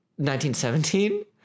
1917